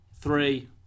three